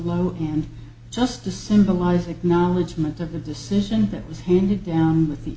low and just to symbolize acknowledgement of the decision that was handed down with the